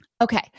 Okay